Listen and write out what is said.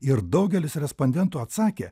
ir daugelis respondentų atsakė